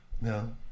No